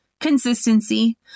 consistency